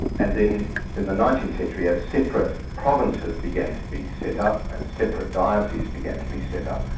and then in the nineteenth century as separate provinces began to be set up and separate dioceses began to be set up,